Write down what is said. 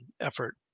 effort